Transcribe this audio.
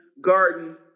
garden